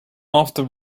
after